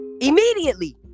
Immediately